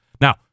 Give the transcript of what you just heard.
Now